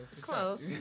Close